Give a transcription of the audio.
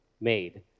made